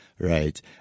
Right